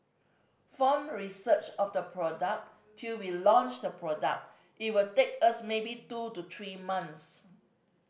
from research of the product till we launch the product it will take us maybe two to three months